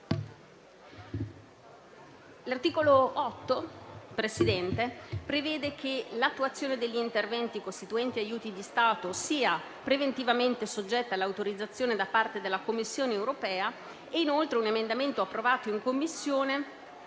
L'articolo 1, comma 8, prevede che l'attuazione degli interventi costituenti aiuti di Stato sia preventivamente soggetta all'autorizzazione da parte della Commissione europea. Inoltre, un emendamento approvato in Commissione